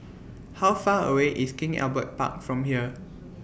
How Far away IS King Albert Park from here